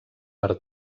per